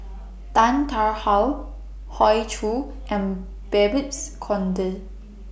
Tan Tarn How Hoey Choo and Babes Conde